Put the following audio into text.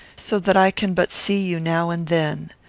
so that i can but see you now and then.